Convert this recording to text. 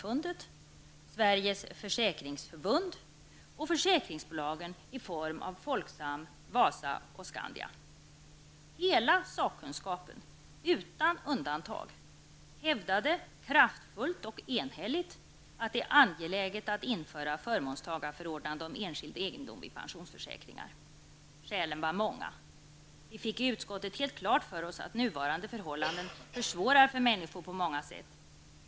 All tänkbar sakkunskap inbjöds: försäkringsinspektionen, Skandia. Hela sakkunskapen utan undantag hävdade kraftfullt och enhälligt att det är angeläget att införa förmånstagarförordnande om enskild egendom vid pensionsförsäkring. Skälen var många. Vi fick i utskottet helt klart för oss att nuvarande förhållanden försvårar för människor på många sätt.